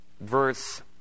verse